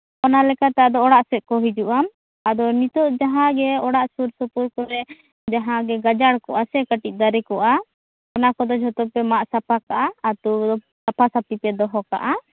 ᱚᱱᱟ ᱞᱮᱠᱟᱛᱮ ᱟᱫᱚ ᱚᱲᱟᱜ ᱥᱮᱜ ᱠᱚ ᱦᱤᱡᱩᱜᱼᱟ ᱟᱫᱚ ᱱᱤᱛᱚᱜ ᱡᱟᱦᱟᱸᱜᱮ ᱚᱲᱟᱜ ᱥᱩᱨ ᱥᱩᱯᱩᱨ ᱠᱚᱨᱮ ᱡᱟᱦᱟᱸᱜᱮ ᱜᱟᱡᱟᱲ ᱠᱚᱜᱼᱟ ᱥᱮ ᱠᱟᱴᱤᱜ ᱫᱟᱨᱮ ᱠᱚᱜᱼᱟ ᱚᱱᱟ ᱠᱚᱫᱚ ᱡᱷᱚᱛᱚ ᱯᱮ ᱢᱟᱜ ᱥᱟᱯᱟ ᱠᱟᱜᱼᱟ ᱟᱛᱳ ᱥᱟᱯᱟᱼᱥᱟᱯᱤ ᱯᱮ ᱫᱚᱦᱚ ᱠᱟᱜᱼᱟ